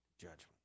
judgment